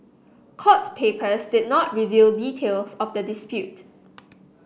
court papers did not reveal details of the dispute